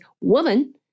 woman